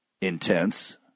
intense